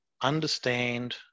understand